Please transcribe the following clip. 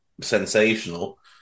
sensational